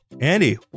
Andy